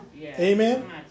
Amen